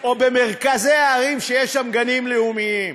או במרכזי הערים שיש בהם גנים לאומיים.